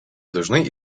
dažnai